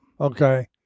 Okay